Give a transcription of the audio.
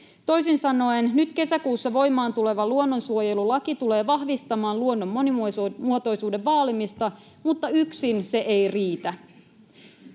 Toisin sanoen nyt kesäkuussa voimaan tuleva luonnonsuojelulaki tulee vahvistamaan luonnon monimuotoisuuden vaalimista, mutta yksin se ei riitä.